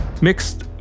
Mixed